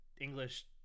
English